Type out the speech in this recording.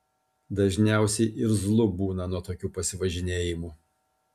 dažniausiai irzlu būna nuo tokių pasivažinėjimų